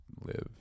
live